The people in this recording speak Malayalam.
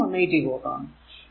അതും 180 വാട്ട് ആണ്